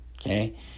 Okay